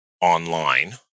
online